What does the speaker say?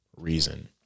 reason